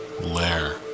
Lair